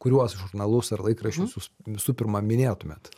kuriuos žurnalus ar laikraščius jūs visų pirma minėtumėt